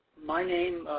my name,